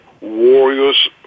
Warriors